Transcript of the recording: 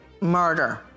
murder